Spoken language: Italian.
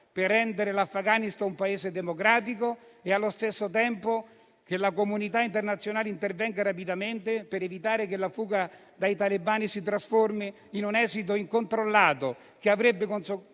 per rendere l'Afghanistan un Paese democratico e allo stesso tempo auspichiamo che la comunità internazionale intervenga rapidamente, per evitare che la fuga dai talebani si trasformi in un esodo incontrollato, che avrebbe